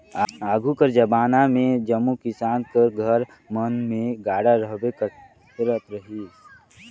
आघु कर जबाना मे जम्मो किसान कर घर मन मे गाड़ा रहबे करत रहिस